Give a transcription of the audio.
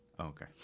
Okay